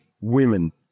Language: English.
women